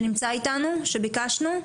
כפי שביקשנו,